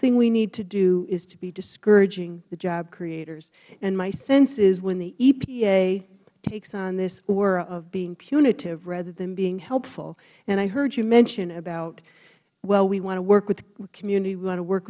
thing we need to do is to be discouraging the job creators and my sense is when the epa takes on this aura of being punitive rather than being helpful and i heard you mention about well we want to work with the community we want to work